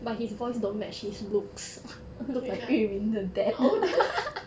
which [one] oh